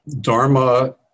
dharma